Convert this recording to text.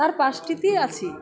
তার পাসটিতিই আছি